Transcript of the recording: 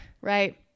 right